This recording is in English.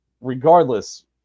regardless